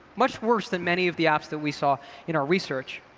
much worse than many of the apps that we saw in our research.